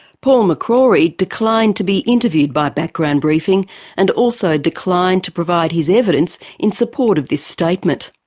paul mccrory declined to be interviewed by background briefing and also declined to provide his evidence in support of this statement.